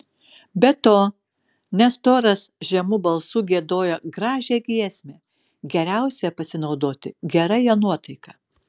be to nestoras žemu balsu giedojo gražią giesmę geriausia pasinaudoti gera jo nuotaika